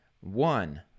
One